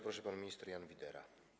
Proszę, pan minister Jan Widera.